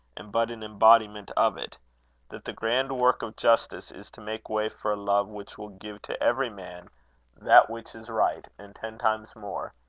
and but an embodiment of it that the grand work of justice is to make way for a love which will give to every man that which is right and ten times more,